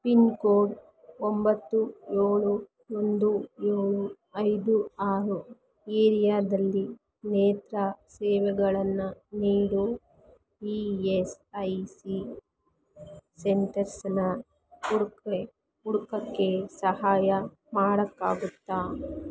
pin code ಒಂಬತ್ತು ಏಳು ಒಂದು ಏಳು ಐದು ಆರು ಏರಿಯಾದಲ್ಲಿ ನೇತ್ರ ಸೇವೆಗಳನ್ನು ನೀಡೋ ಇ ಎಸ್ ಐ ಸಿ ಸೆಂಟರ್ಸನ್ನ ಹುಡ್ಕು ಬೇ ಹುಡ್ಕೋಕ್ಕೆ ಸಹಾಯ ಮಾಡೋಕ್ಕಾಗುತ್ತಾ